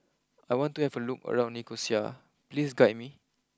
I want to have a look around Nicosia please guide me